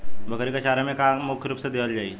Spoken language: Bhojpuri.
बकरी क चारा में का का मुख्य रूप से देहल जाई?